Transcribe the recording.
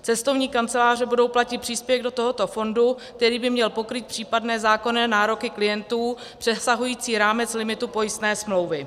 Cestovní kanceláře budou platit příspěvek do tohoto fondu, který by měl pokrýt případné zákonné nároky klientů přesahující rámec limitu pojistné smlouvy.